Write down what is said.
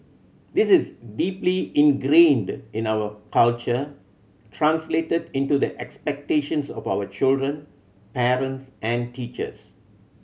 this is deeply ingrained in our culture translated into the expectations of our children parents and teachers